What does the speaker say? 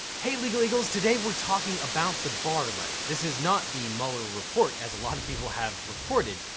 hey, legal eagles. today, we're talking about the barr letter. this is not the mueller report, as a lot of people have reported.